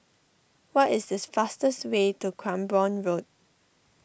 what is this fastest way to Cranborne Road